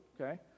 okay